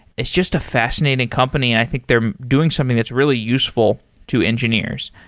it's just a fascinating company and i think they're doing something that's really useful to engineers.